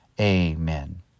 Amen